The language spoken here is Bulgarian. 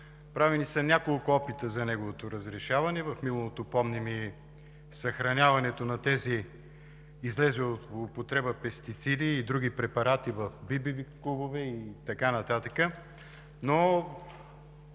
Правени са няколко опита за неговото разрешаване. В миналото помним и съхраняването на тези излезли от употреба пестициди и други препарати в БББ-кубове и така нататък,